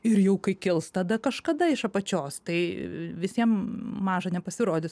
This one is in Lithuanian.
ir jau kai kils tada kažkada iš apačios tai visiem maža nepasirodys